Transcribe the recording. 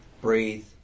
breathe